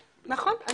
נכון,